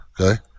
okay